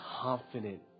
confident